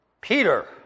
Peter